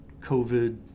COVID